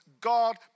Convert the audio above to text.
God